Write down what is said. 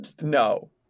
No